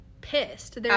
pissed